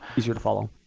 easier to follow.